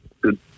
good